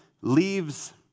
leaves